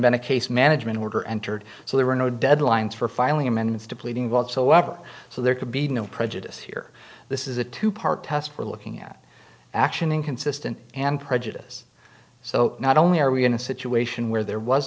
been a case management order entered so there were no deadlines for filing amendments depleting whatsoever so there could be no prejudice here this is a two part test we're looking at action inconsistent and prejudice so not only are we in a situation where there was